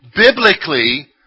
Biblically